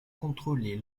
contrôler